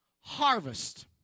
harvest